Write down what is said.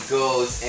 goes